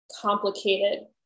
complicated